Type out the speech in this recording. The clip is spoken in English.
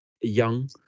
Young